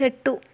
చెట్టు